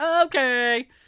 okay